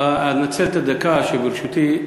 אנצל את הדקה שלרשותי.